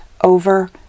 over